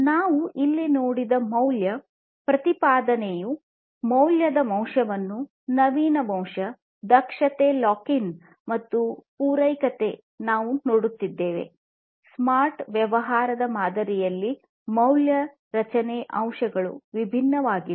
ನಾವು ಅಲ್ಲಿ ನೋಡಿದ ಮೌಲ್ಯ ಪ್ರತಿಪಾದನೆಯ ಮೌಲ್ಯದ ಅಂಶವನ್ನು ನವೀನ ಅಂಶ ದಕ್ಷತೆ ಲಾಕ್ ಇನ್ ಮತ್ತು ಪೂರಕತೆ ನಾವು ನೋಡುತ್ತಿದ್ದೇವೆ ಸ್ಮಾರ್ಟ್ ವ್ಯವಹಾರ ಮಾದರಿಯಲ್ಲಿ ಮೌಲ್ಯ ರಚನೆ ಅಂಶಗಳು ವಿಭಿನ್ನವಾಗಿವೆ